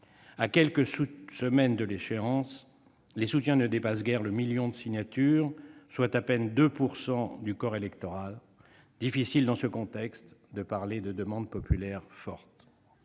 À quelques semaines de l'échéance, les soutiens ne dépassent guère le million de signatures, soit à peine 2 % du corps électoral. Difficile, dans ce contexte, de parler de demande populaire forte